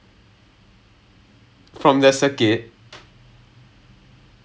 I say எதை பத்தி:ethai pathi dah எது:ethu dah வேணும்:vaenum ya from the circuit இல்லை எது:illai ethu